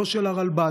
לא של הרלב"ד,